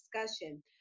discussion